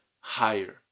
higher